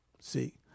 See